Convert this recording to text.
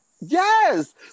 Yes